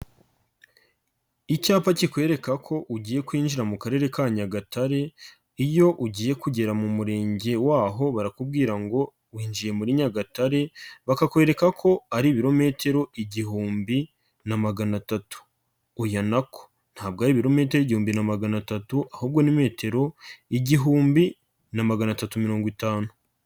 Icyapa kikwereka ko ugiye kwinjira mu karere ka Nyagatare iyo ugiye kugera mu murenge waho barakubwira ngo winjiye muri Nyagatare, bakakwereka ko ari ibirometero igihumbi na magana atatu. Oya nako ntabwo ari ibirometero igihumbi na magana atatu ahubwo ni metero igihumbi na magana atatu mirongo itanu.